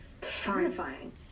terrifying